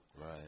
Right